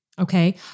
Okay